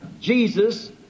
Jesus